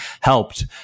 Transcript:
helped